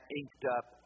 inked-up